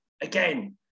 again